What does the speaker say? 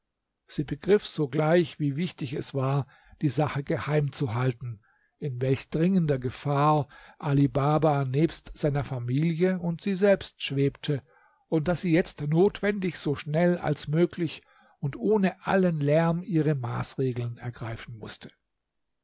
sie begriff sogleich wie wichtig es war die sache geheim zu halten in welch dringender gefahr ali baba nebst seiner familie und sie selbst schwebte und daß sie jetzt notwendig so schnell als möglich und ohne allen lärm ihre maßregeln ergreifen mußte